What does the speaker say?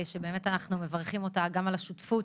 שבאמת אנחנו מברכים אותה גם על השותפות,